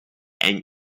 and